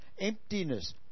Emptiness